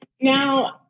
Now